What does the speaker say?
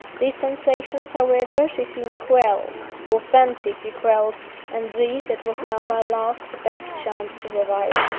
these sensations, however, she soon quelled, or fancied she quelled and these, it was now my last, best chance to revive.